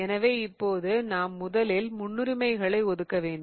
எனவே இப்போது நாம் முதலில் முன்னுரிமைகளை ஒதுக்க வேண்டும்